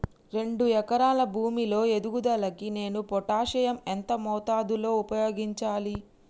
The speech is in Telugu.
రెండు ఎకరాల భూమి లో ఎదుగుదలకి నేను పొటాషియం ఎంత మోతాదు లో ఉపయోగించాలి?